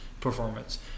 performance